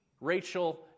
Rachel